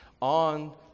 on